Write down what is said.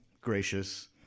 gracious